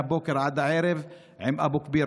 מהבוקר עד הערב אנחנו רק עם אבו כביר,